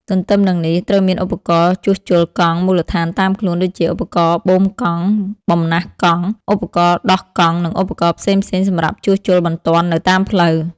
ទន្ទឹមនឹងនេះ ត្រូវមានឧបករណ៍ជួសជុលកង់មូលដ្ឋានតាមខ្លួន ដូចជាឧបករណ៍បូមកង់ បំណះកង់ ឧបករណ៍ដោះកង់និងឧបករណ៍ផ្សេងៗសម្រាប់ជួសជុលបន្ទាន់នៅតាមផ្លូវ។